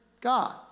God